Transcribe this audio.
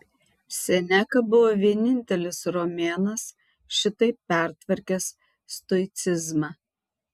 seneka buvo vienintelis romėnas šitaip pertvarkęs stoicizmą